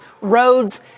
roads